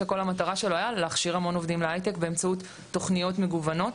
שכל המטרה שלו היה להכשיר המון עובדים להייטק באמצעות תוכניות מגוונות.